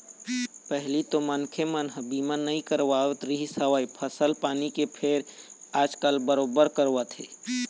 पहिली तो मनखे मन ह बीमा नइ करवात रिहिस हवय फसल पानी के फेर आजकल बरोबर करवाथे